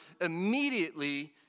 immediately